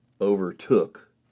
overtook